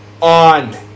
On